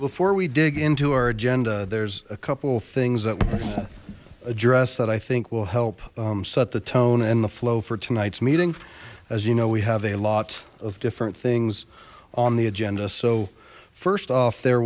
before we dig into our agenda there's a couple of things that was addressed that i think will help set the tone and the flow for tonight's meeting as you know we have a lot of different things on the agenda so first off there